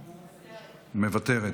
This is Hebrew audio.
מוותרת,